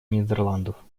нидерландов